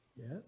Yes